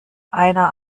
einer